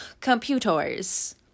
computers